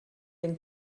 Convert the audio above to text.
den